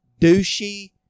douchey